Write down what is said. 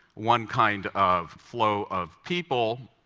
one kind of flow of people,